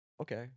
okay